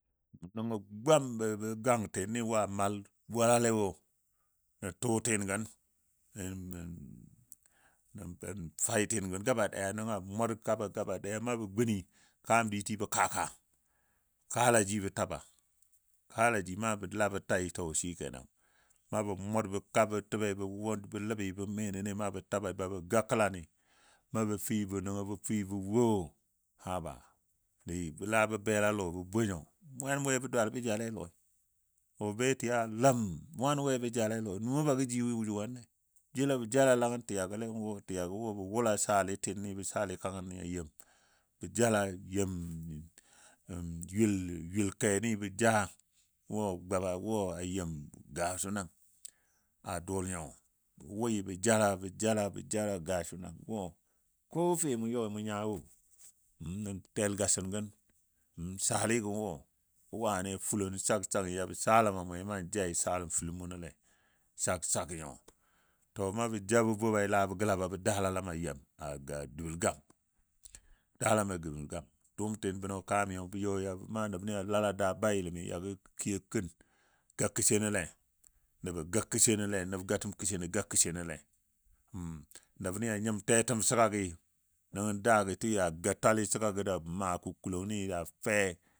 Nəngɔ gwami be gangtini wo a mal bolalewo nən tʊʊtɨn gən nən faitingən gaba daya nənga mʊr gaba gaba daya naa bɔ gunni kam ditɨn bɔ kaka kalaji bə taba, kala ji ma bə tai to shikenan. Nabə mʊr bɔ kabɔ tibe bɔ ləbi bə menene na bə tabai babɔ ga kəlani na bə fəi bə wo haba, di la bə bela lɔ bə bo nyo mwan we bə dwal bə jale lɔi, lɔbetiya ləm mwan we bə jale lɔi nuwo ba gə ji wi juwanle, jela bə jala langən tiyagole tiyago wo bə wula salitini bə sali kangəni a yul yul kɛni bə ja wo ga wo a yem gasu nan a dʊl nyo wo bə jala bə jala bə jala gasu nan wo ko fe mu yɔi mu nya wo nən telgasin gən, saligo wo wane fulo nən sak sak nyo yabə saləm a mwe nan jai saləm fəl munole. To na ja bə bobai bə gəla bə dalam a yem a dəbəl gam dalam a dəbəl gam dʊʊmtɨnbənɔ kamiyo bə yɔ yabɔ nya nəbni a laa laa bayiləmi yagɔ kiyo kən ga kəshenole, nəbɔ ga kəshenole, nə gatəm kəsheno ga kəshenole. Nəbnɨ a nyim tetəm shigagi nəngɔ daagɔ təji ja ga tali shigagɔ ja maa kukulɔni ja fe